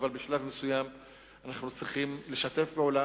אבל בשלב מסוים אנחנו צריכים לשתף פעולה